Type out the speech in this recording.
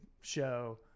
show